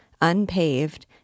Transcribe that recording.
unpaved